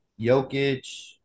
Jokic